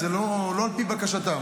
זה לא על פי בקשתם.